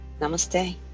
Namaste